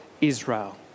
Israel